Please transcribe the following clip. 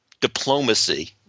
diplomacy